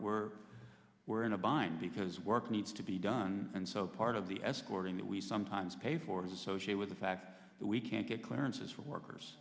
we're we're in a bind because work needs to be done and so part of the escorting that we sometimes pay for associate with the fact that we can't get clearances for workers